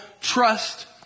trust